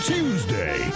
Tuesday